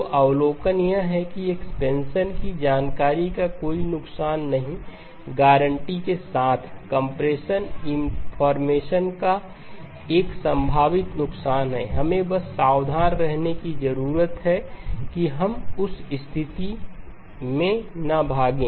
तो अवलोकन यह है कि एक्सपेंशन की जानकारी का कोई नुकसान नहीं गारंटी के सा कंप्रेशन इंफॉर्मेशन का एक संभावित नुकसान है हमें बस सावधान रहने की जरूरत है कि हम उस स्थिति में न भागें